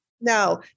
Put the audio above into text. No